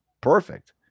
Perfect